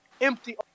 empty